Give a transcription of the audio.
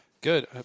Good